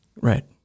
Right